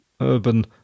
urban